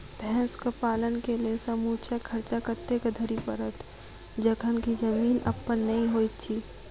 भैंसक पालन केँ लेल समूचा खर्चा कतेक धरि पड़त? जखन की जमीन अप्पन नै होइत छी